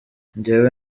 njyewe